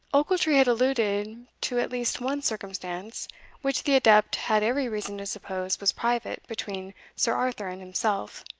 ochiltree had alluded to at least one circumstance which the adept had every reason to suppose was private between sir arthur and himself,